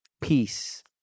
Peace